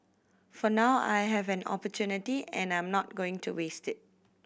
for now I have an opportunity and I'm not going to waste it